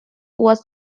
was